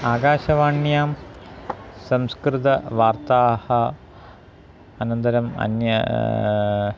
आकाशवाण्यां संस्कृतवार्ताः अनन्तरम् अन्यः